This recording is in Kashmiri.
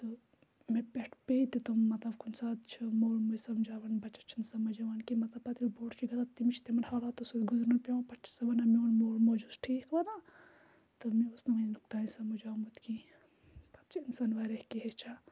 تہٕ مےٚ پٮ۪ٹھ پیٚیہِ تہِ تِم مطلب کُنہِ ساتہٕ چھِ مول موج سَمجاوان بَچَس چھُنہٕ سَمجاوان کیٚنٛہہ مطلب پَتہٕ ییٚلہِ بوٚڈ چھُ گژھان تٔمِس چھِ تِمَن حالاتو سۭتۍ گُزرَن پٮ۪وان پَتہٕ چھُ سُہ وَنان میون مول موج اوس ٹھیٖک وَنان تہٕ مےٚ اوس نہٕ وٕنیُک تام سَمٕجھ آمُت کیٚنٛہہ پَتہٕ چھُ اِنسان واریاہ کیٚنٛہہ ہیٚچھان